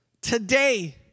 today